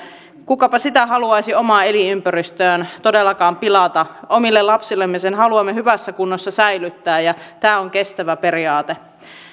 kukapa sitä haluaisi omaa elinympäristöään todellakaan pilata omille lapsillemme sen haluamme hyvässä kunnossa säilyttää ja tämä on kestävä periaate